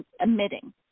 emitting